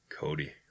Cody